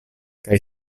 kaj